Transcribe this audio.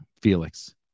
Felix